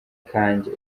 kanjye